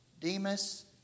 Demas